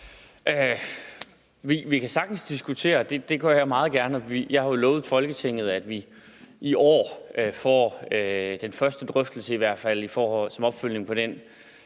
Vi kan sagtens diskutere. Det gør jeg meget gerne, og jeg har jo lovet Folketinget, at vi i år får i hvert fald den første drøftelse som opfølgning på den